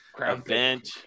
event